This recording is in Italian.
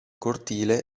cortile